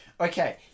Okay